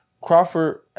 Crawford